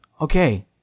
Okay